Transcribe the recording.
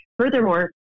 Furthermore